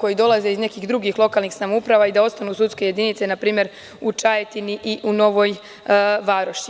koji dolaze iz nekih drugih lokalnih samouprava i da ostanu sudske jedinice npr, u Čajetini i u Novoj Varoši.